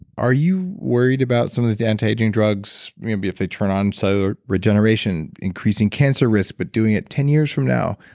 are you worried about some of these anti-aging drugs, maybe if they turn on cellular so regeneration, increasing cancer risk but doing it ten years from now?